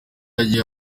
yagiye